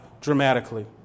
dramatically